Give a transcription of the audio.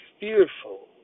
fearful